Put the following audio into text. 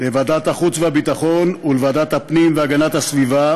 לוועדת החוץ והביטחון ולוועדת הפנים והגנת הסביבה